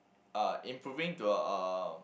uh improving to a uh